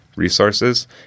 Resources